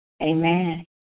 Amen